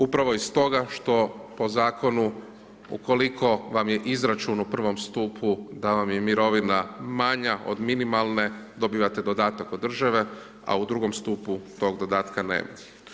Upravo iz toga što po zakonu, ukoliko vam je izračun u prvom stupu da vam je mirovina manja od minimalne, dobivate dodatak od države a u drugom stupu tog dodatka nema.